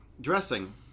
Dressing